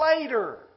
later